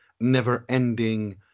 never-ending